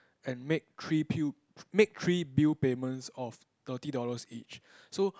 and make three pew~ make three bill payments of thirty dollar each